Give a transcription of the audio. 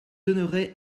donnerai